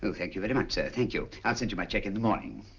so thank you very much, sir. thank you. i'll send you my check in the morning.